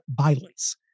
violence